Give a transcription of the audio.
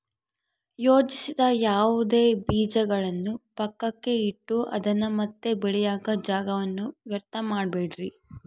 ಯೋಜಿಸದ ಯಾವುದೇ ಬೀಜಗಳನ್ನು ಪಕ್ಕಕ್ಕೆ ಇಟ್ಟು ಅದನ್ನ ಮತ್ತೆ ಬೆಳೆಯಾಕ ಜಾಗವನ್ನ ವ್ಯರ್ಥ ಮಾಡಬ್ಯಾಡ್ರಿ